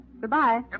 Goodbye